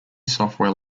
software